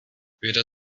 weder